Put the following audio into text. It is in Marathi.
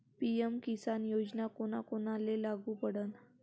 पी.एम किसान योजना कोना कोनाले लागू पडन?